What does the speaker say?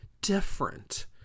different